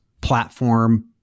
platform